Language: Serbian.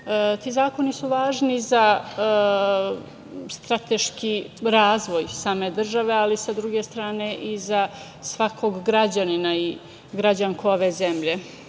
Ti zakoni su važni za strateški razvoj same države ali sa druge strane i za svakog građanina i građanku ove zemlje. Pitanje